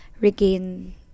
regain